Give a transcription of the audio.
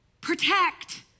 protect